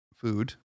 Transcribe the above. food